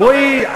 אוי,